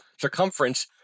circumference